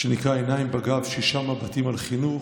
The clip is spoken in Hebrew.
שנקרא "עיניים בגב, שישה מבטים על חינוך",